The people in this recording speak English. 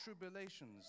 tribulations